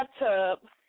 bathtub